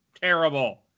terrible